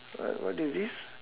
what what is this